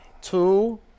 two